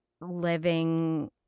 living